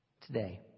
Today